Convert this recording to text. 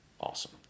Awesome